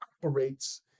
operates